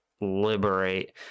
liberate